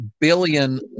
billion